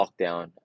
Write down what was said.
lockdown